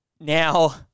Now